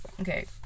okay